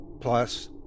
Plus